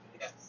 Yes